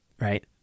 right